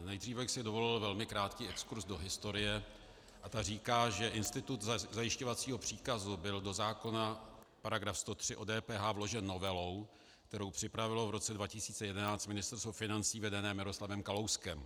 Nejdříve bych si dovolil velmi krátký exkurz do historie a ta říká, že institut zajišťovacího příkazu byl do zákona paragraf 103 o DPH vložen novelou, kterou připravilo v roce 2011 Ministerstvo financí vedené Miroslavem Kalouskem.